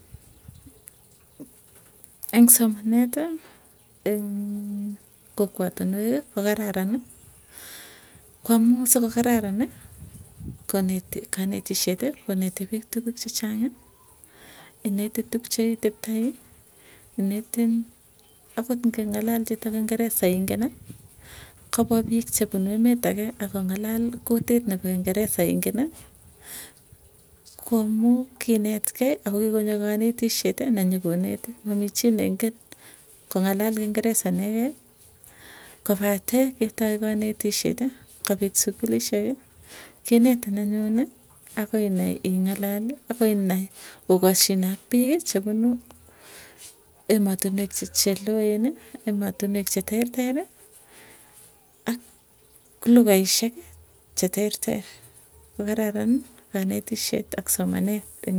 Eng somaneti, kokwatinweki kokararani amuu suko kararani kanetisyet koneti piik tukuuk chechang'i. Ineti tuuk cheiteptai, inetin akot nging'alal chito kingereza ingeni, kopwa piik chepunu emet akee akong'alal kutit nepo kingereza ingeni. Ko amuu kinetkei ako kikonyo kanetisyeti nenyokonetin, mamii chii neingen kongalal kingereza inekei kopatee ketai kanetishet kapet sukulisheki kinetin anyuni akoi inai ing'alal. Akoi inai okashine ak piik chepunu emotinwek cheloeni emotinwek che terteri, ak lughaisyek che terter ko kararan kanetisyet ak somanet.